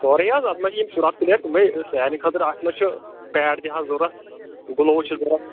سورُے حظ اَتھ منٛز چھِ یِم شُراہ پٕلَیر تِمَے سانہِ خٲطرٕ اَتھ منٛز چھِ پیڑ تہِ حظ ضوٚرَتھ گُلووُز چھِ ضوٚرَتھ